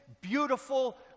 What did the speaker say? beautiful